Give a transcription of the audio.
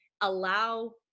allow